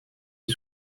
une